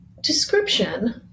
description